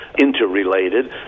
interrelated